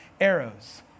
arrows